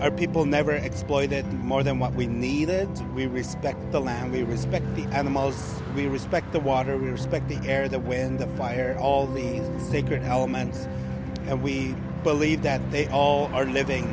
our people never exploited more than what we needed we respect the land we respect the animals we respect the water we respect the air the wind the fire all the sacred elements and we believe that they all are living